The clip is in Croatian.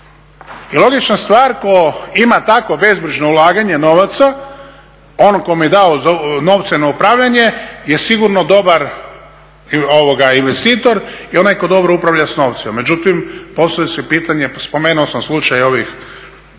I logična stvar tko ima tako bezbrižno ulaganje novaca onom kome je dao novce na upravljanje je sigurno dobar investitor i onaj tko dobro upravlja sa novcima. Međutim, postavlja se pitanje, spomenuo sam slučaj ovih